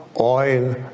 oil